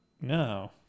No